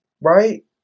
Right